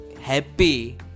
happy